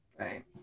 Right